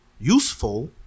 Useful